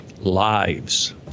lives